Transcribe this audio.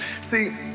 see